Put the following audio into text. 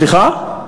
סליחה?